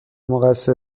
مقصر